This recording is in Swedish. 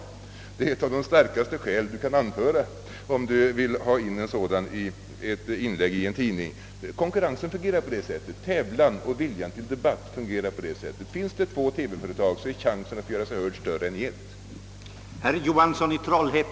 Det är ett av de starkaste skäl man kan anföra om man vill ha in ett inlägg i en tidning. Konkurrensen, tävlan och viljan till debatt fungerar på det sättet. Finns det två TV företag är chansen att få göra sig hörd större än om det bara finns ett.